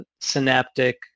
synaptic